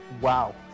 Wow